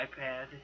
iPad